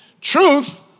Truth